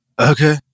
Okay